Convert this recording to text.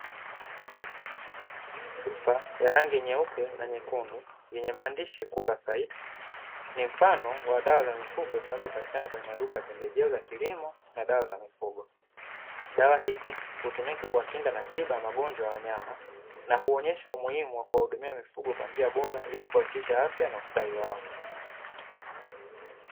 Chupa ya rangi nyeupe na nyekundu yenye mandishi, ni mfano wa dawa za mifugo zinazopatikana kwenye maduka ya pembejeo za kiliimo na dawa za mifugo, dawa hizi hutumika kwa kinga na tiba ya magonjwa ya wanyama, na huonyesha umuhimu wa kuwahudumia mifugo kwa njia bora ili kuhakikisha afya na ustawi wao.